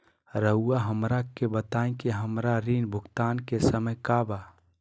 रहुआ हमरा के बताइं कि हमरा ऋण भुगतान के समय का बा?